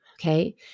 okay